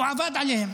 הוא עבד עליהן.